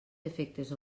efectes